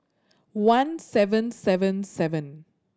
one seven seven seven